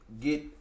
get